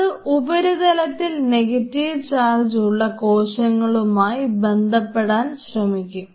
അത് ഉപരിതലത്തിൽ negative charge ഉള്ള കോശങ്ങളുമായി ബന്ധപ്പെടാൻ ശ്രമിക്കും